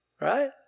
Right